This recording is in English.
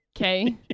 Okay